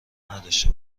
نداشته